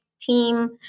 team